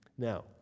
Now